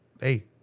hey